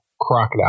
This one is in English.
crocodile